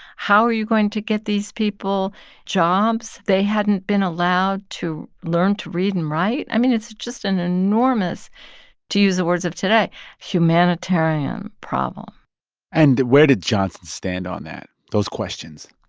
how are you going to get these people jobs? they hadn't been allowed to learn to read and write. i mean, it's just an enormous to use the words of today humanitarian problem and where did johnson stand on that, those questions?